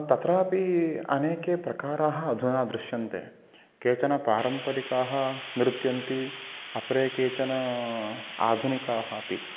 तत्रापि अनेके प्रकाराः अधुना दृश्यन्ते केचन पारम्परिकाः नृत्यन्ति अपरे केचन आधुनिकाः अपि